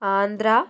Andhra